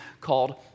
called